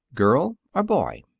girl or boy?